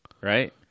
Right